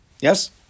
Yes